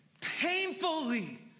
painfully